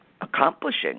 Accomplishing